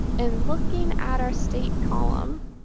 and looking at our state column